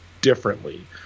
differently